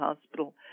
Hospital